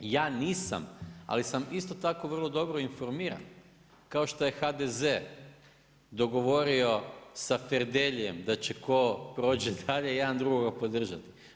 Ja nisam, ali sam isto tako vrlo dobro informiran kao što je HDZ dogovorio sa Ferdeljijem da će tko prođe dalje jedan drugoga podržati.